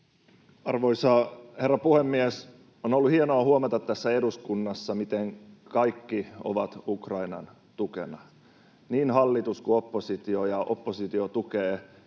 Arvoisa herra puhemies! On ollut hienoa huomata, miten tässä eduskunnassa kaikki ovat Ukrainan tukena, niin hallitus kuin oppositio, ja oppositio tukee